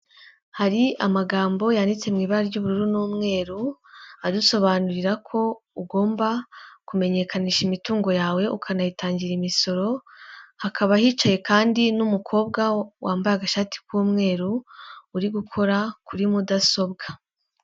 Hari amagambo yanditse mu ibara ry'uburu n'umweru, adusobanurira ko ugomba kumenyekanisha imitungo yawe ukanayitangira imisoro, hakaba hicaye kandi n'umukobwa wambaye agashati k'umweru uri gukora kuri mudasobwa.